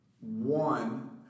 one